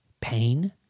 Pain